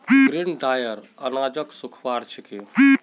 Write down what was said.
grain dryer अनाजक सुखव्वार छिके